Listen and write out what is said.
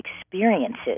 experiences